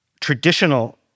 traditional